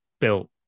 built